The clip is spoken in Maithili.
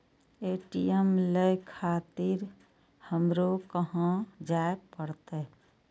ए.टी.एम ले खातिर हमरो कहाँ जाए परतें?